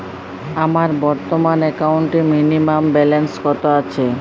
আমার বর্তমান একাউন্টে মিনিমাম ব্যালেন্স কত আছে?